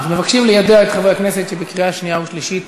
מבקשים להביא לידיעת חברי הכנסת שבקריאה שנייה ושלישית